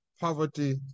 poverty